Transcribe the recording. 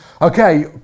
Okay